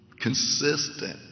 consistent